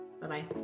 Bye-bye